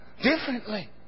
differently